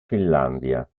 finlandia